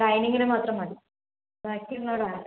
ഡൈനിങ്ങിനു മാത്രം മതി ബാക്കിയുള്ളിടത്ത് വേണ്ട